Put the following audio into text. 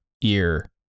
ear